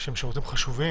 שהם שירותים חשובים,